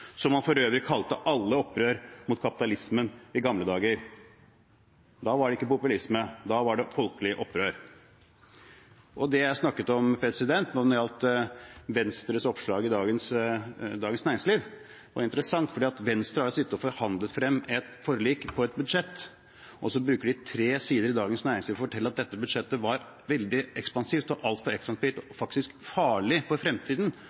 som man for øvrig kalte alle opprør mot kapitalismen i gamle dager. Da var det ikke populisme, da var det et folkelig opprør. Jeg snakket om oppslaget om Venstre i dagens Dagens Næringsliv. Det var interessant, for Venstre har sittet og forhandlet frem et forlik på et budsjett. Så bruker de tre sider i Dagens Næringsliv for å fortelle at dette budsjettet var veldig ekspansivt – altfor ekspansivt – og at det faktisk er farlig for fremtiden